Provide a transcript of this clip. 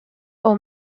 aux